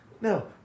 No